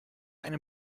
einem